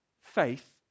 faith